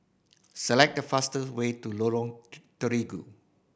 select the fastest way to Lorong Terigu